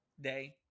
day